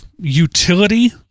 utility